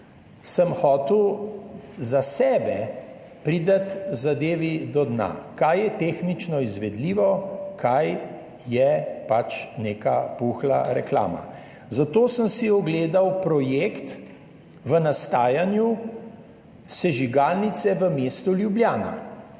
sem hotel za sebe priti zadevi do dna, kaj je tehnično izvedljivo, kaj je pač neka puhla reklama. Zato sem si ogledal projekt v nastajanju, sežigalnica v mestu Ljubljana,